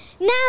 now